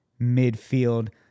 midfield